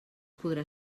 podrà